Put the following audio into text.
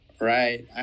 Right